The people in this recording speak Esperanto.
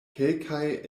kelkaj